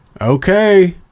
okay